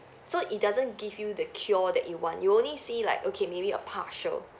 so it doesn't give you the cure that you want you only see like okay maybe a partial